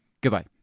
goodbye